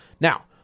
now